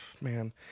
man